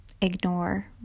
ignore